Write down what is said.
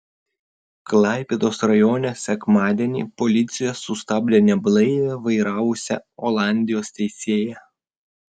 klaipėdos rajone sekmadienį policija sustabdė neblaivią vairavusią olandijos teisėją